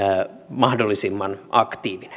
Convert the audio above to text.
mahdollisimman aktiivinen